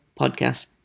podcast